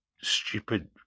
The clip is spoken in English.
stupid